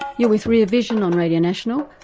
you're with rear vision on radio national.